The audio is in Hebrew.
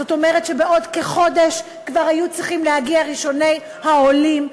זאת אומרת שבעוד כחודש כבר היו צריכים להגיע ראשוני העולים לארץ.